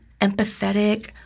empathetic